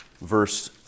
verse